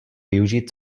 využít